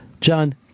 John